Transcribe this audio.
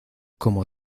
como